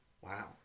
wow